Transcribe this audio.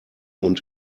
und